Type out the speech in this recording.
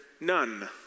none